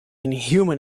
inhuman